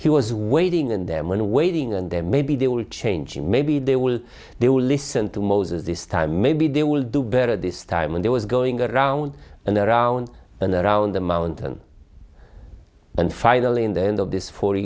he was waiting in them and waiting and then maybe they will change and maybe they will they will listen to moses this time maybe they will do better this time when there was going around and around and around the mountain and finally in the end of this fo